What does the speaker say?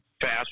fast